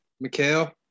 Mikhail